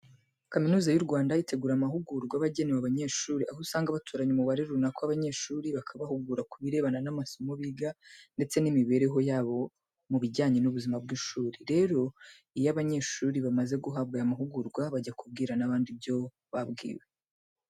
Kaminuza y'u Rwanda itegura amahugurwa aba agenewe abanyeshuri, aho usanga batoranya umubare runaka w'abanyeshuri bakabahugura ku birebana n'amasomo biga ndetse n'imibereho yabo mu bijyanye n'ubuzima bw'ishuri. Rero, iyo aba banyeshuri bamaze guhabwa aya mahugurwa bajya kubwira n'abandi ibyo babwiwe.